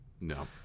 No